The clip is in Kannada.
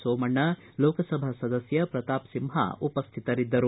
ಸೋಮಣ್ಣ ಲೋಕಸಭಾ ಸದಸ್ಯ ಪ್ರತಾಪ ಸಿಂಪ ಉಪಸ್ಠಿತರಿದ್ದರು